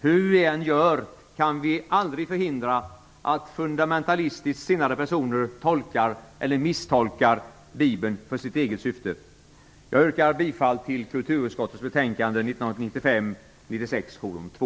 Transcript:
Hur vi än gör kan vi aldrig förhindra att fundamentalistiskt sinnade personer tolkar eller misstolkar Bibeln för sitt eget syfte. Jag yrkar bifall till hemställan i kulturutskottets betänkande 1995/96:2.